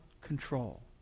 control